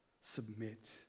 Submit